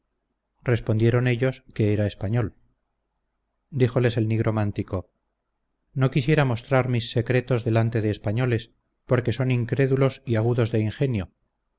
respondieron ellos que era español díjoles el nigromántico no quisiera mostrar mis secretos delante de españoles porque son incrédulos y agudos de ingenio